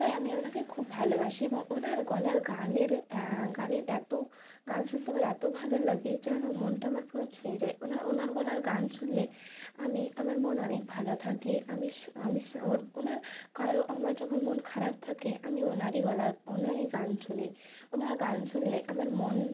তাই আমি ওনাকে খুব ভালোবাসি এবং ওনার গলার গানের গানের এতো গান শুনতে আমার এতো ভালো লাগে যেন মনটা আমার পুরো ছুঁয়ে যায় ওনার ওনার গলার গান শুনলে আমি আমার মন অনেক ভালো থাকে আমিস আমিস ওর ওনার কারও আমার যখন মন খারাপ থাকে আমি ওনারই গলার ওনারই গান শুনি ওনার গান শুনলে আমার মন